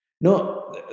No